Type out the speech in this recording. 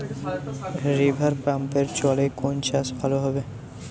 রিভারপাম্পের জলে কোন চাষ ভালো হবে?